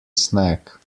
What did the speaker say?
snack